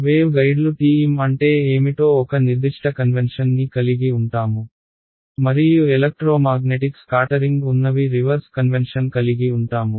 wave గైడ్లు TM అంటే ఏమిటో ఒక నిర్దిష్ట కన్వెన్షన్ ని కలిగి ఉంటాము మరియు ఎలక్ట్రోమాగ్నెటిక్ స్కాటరింగ్ ఉన్నవి రివర్స్ కన్వెన్షన్ కలిగి ఉంటాము